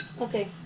Okay